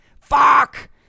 Fuck